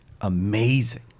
amazing